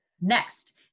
Next